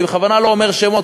אני בכוונה לא אומר שמות,